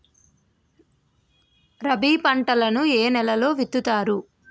రబీ పంటలను ఏ నెలలో విత్తుతారు?